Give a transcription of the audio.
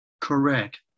correct